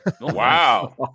Wow